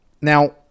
Now